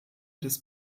des